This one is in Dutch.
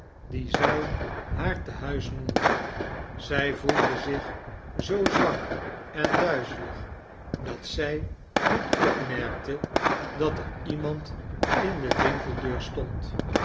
die zij haar tenuis noenide zij voelde zich zoo zwak en duizelig dat zij niet opmerkte dat er ieanand in de winkeldeur stond